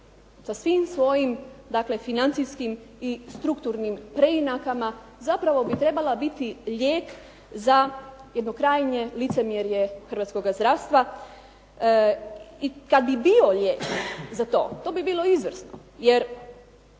sa svim svojim financijskim i strukturnim preinakama, zapravo bi trebala biti lijek za jedno krajnje licemjerje hrvatskog zdravstva. I kada bi bio lijek za to, to bi bilo izvrsno. Jer